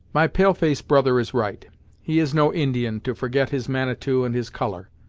my pale-face brother is right he is no indian, to forget his manitou and his colour.